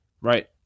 Right